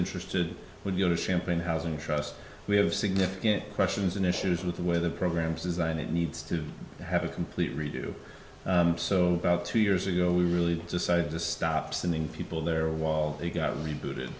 interested when you go to champlain housing trust we have significant questions and issues with the way the programs designed it needs to have a complete redo so about two years ago we really decided to stop sending people their wall they got re